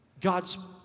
God's